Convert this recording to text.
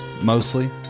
mostly